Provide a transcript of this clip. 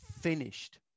finished